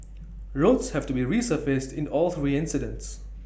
roads have to be resurfaced in all three incidents